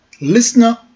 listener